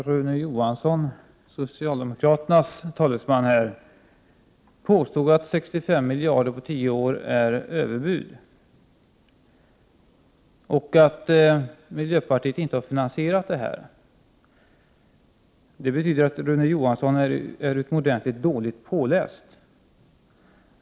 Fru talman! Socialdemokraternas talesman Rune Johansson påstod att 65 miljarder kronor på 10 år är ett överbud, och att miljöpartiet inte har finansierat detta. Det betyder att Rune Johansson är mycket dåligt påläst.